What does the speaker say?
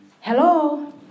Hello